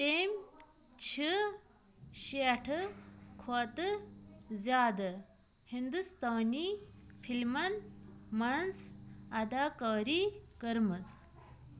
تٔمۍ چھِ شیٹھٕ کھۄتہٕ زیادٕ ہندوستانی فلمَن منٛز اداکٲری کٔرمٕژ